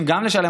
שקל.